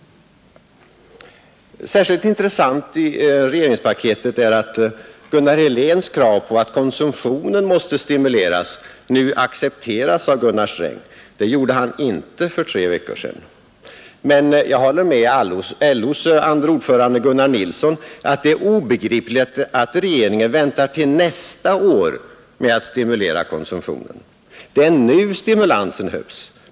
Särskilt intressant i regeringspaketet är att Gunnar Heléns krav på att konsumtionen måste stimuleras nu accepteras av Gunnar Sträng. Så var inte fallet för tre veckor sedan. Men jag håller med LO:s andre ordförande Gunnar Nilsson om att det är obegripligt att regeringen väntar till nästa år med att stimulera konsumtionen. Det är nu stimulansen behövs.